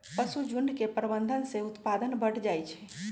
पशुझुण्ड के प्रबंधन से उत्पादन बढ़ जाइ छइ